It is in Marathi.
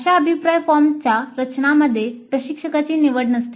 अशा अभिप्राय फॉर्मच्या रचनामध्ये प्रशिक्षकाची निवड नसते